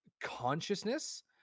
consciousness